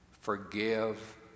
forgive